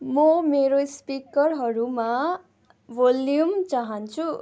म मेरो स्पिकरहरूमा भोल्युम चाहन्छु